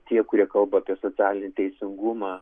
tie kurie kalba apie socialinį teisingumą